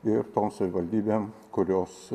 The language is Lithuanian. ir tom savivaldybėm kurios